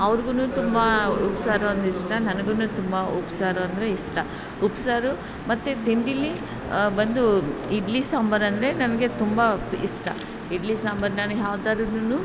ಅವ್ರಿಗೂ ತುಂಬ ಉಪ್ಸಾರು ಅಂದರೆ ಇಷ್ಟ ನನ್ಗೂ ತುಂಬ ಉಪ್ಸಾರು ಅಂದರೆ ಇಷ್ಟ ಉಪ್ಸಾರು ಮತ್ತು ತಿಂಡಿಯಲ್ಲಿ ಬಂದು ಇಡ್ಲಿ ಸಾಂಬಾರ್ ಅಂದರೆ ನನಗೆ ತುಂಬ ಇಷ್ಟ ಇಡ್ಲಿ ಸಾಂಬಾರ್ ನಾನು ಯಾವ ಥರದ್ದುನೂ